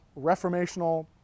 reformational